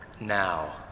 Now